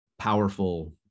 powerful